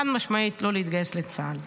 חד-משמעית, לא להתגייס לצה"ל.